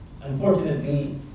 Unfortunately